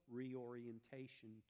reorientation